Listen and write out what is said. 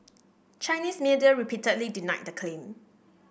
Chinese media repeatedly denied the claim